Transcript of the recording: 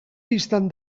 bistan